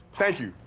thank you.